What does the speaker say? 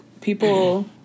people